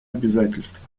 обязательство